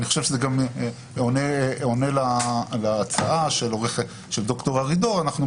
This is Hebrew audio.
אני חושב שזה גם עונה להצעה של ד"ר ארידור הרשות